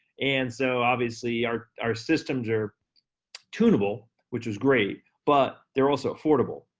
and so obviously our our systems are tunable, which is great, but they're also affordable,